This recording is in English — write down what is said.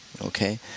okay